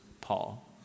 Paul